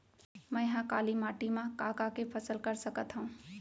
मै ह काली माटी मा का का के फसल कर सकत हव?